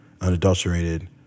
unadulterated